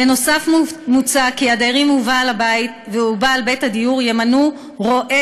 נוסף על כך מוצע כי הדיירים ובעל בית הדיור ימנו רואה